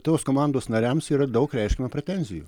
tos komandos nariams yra daug reiškiama pretenzijų